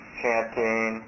chanting